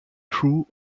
crew